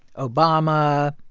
obama,